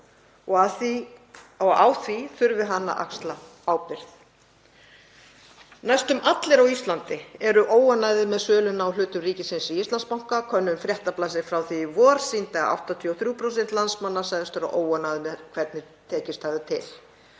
og á því þurfi hann að axla ábyrgð. Næstum allir á Íslandi eru óánægðir með söluna á hlutum ríkisins í Íslandsbanka. Könnun Fréttablaðsins frá því í vor sýndi að 83% landsmanna sögðust vera óánægð með hvernig tekist hefði til.